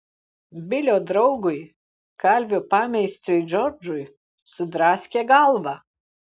bilio draugui kalvio pameistriui džordžui sudraskė galvą